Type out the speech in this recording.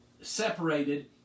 separated